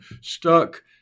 Stuck